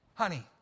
Honey